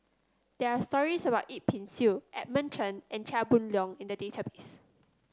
there are stories about Yip Pin Xiu Edmund Chen and Chia Boon Leong in the database